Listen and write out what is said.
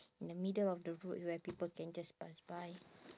the middle of the road where people can just pass by